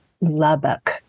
lubbock